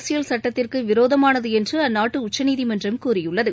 அரசியல் சட்டத்திற்கு விரோதமானது என்று அந்நாட்டு உச்சநீதிமன்றம் கூறியுள்ளது